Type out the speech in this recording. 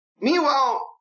Meanwhile